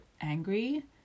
angry